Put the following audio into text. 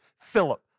Philip